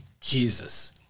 Jesus